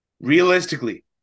realistically